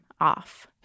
off